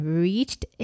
reached